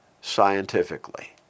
scientifically